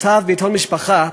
והוא כתב בעיתון "משפחה"